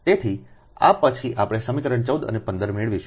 તેથી આ પછી આપણે સમીકરણ 14 અને 15 મેળવીશું